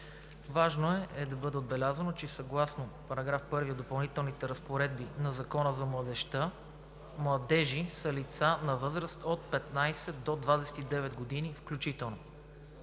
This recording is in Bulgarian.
Важно е да бъде отбелязано, че съгласно § 1 от Допълнителните разпоредби на Закона за младежта „младежи“ са лица на възраст от 15 до 29 години включително.